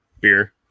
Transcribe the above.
Beer